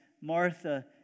Martha